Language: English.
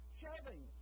shoving